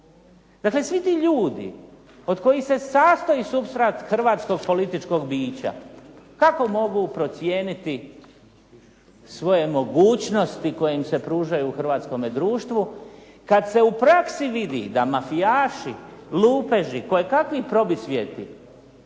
Dakle, svi ti ljudi od kojih se sastoji supstrat hrvatskog političkog bića kako mogu procijeniti svoje mogućnosti koje im se pružaju u hrvatskome društvu kad se u praksi vidi da mafijaši, lupeži, kojekakvi probisvijeti